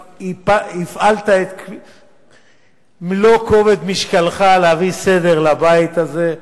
והפעלת את מלוא כובד משקלך להביא סדר לבית הזה.